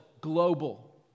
global